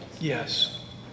Yes